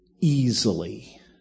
easily